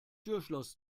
türschloss